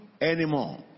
anymore